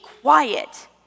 quiet